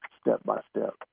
step-by-step